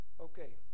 Okay